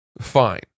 Fine